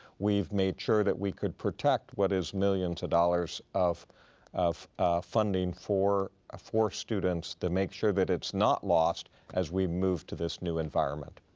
we've made sure that we could protect what is millions of dollars of of funding for ah for students to make sure that it's not lost as we move to this new environment.